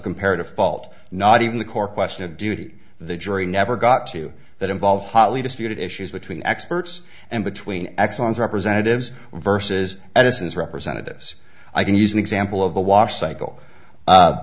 comparative fault not even the core question of duty the jury never got to that involved hotly disputed issues between experts and between excellence representatives versus edison's representatives i can use an example of the wash cycle